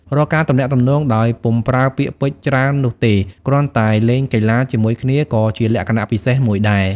រាល់ការទំនាក់ទំនងដោយពុំប្រើពាក្យពេចន៍ច្រើននោះទេ គ្រាន់តែលេងកីឡាជាមួយគ្នា ក៏ជាលក្ខណៈពិសេសមួយដែរ។